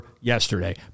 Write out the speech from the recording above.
yesterday